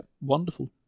wonderful